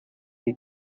que